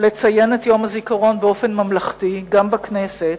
לציין את יום הזיכרון באופן ממלכתי גם בכנסת,